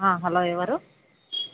hello ఎవరు